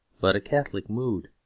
but a catholic mood.